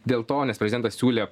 dėl to nes prezidentas siūlė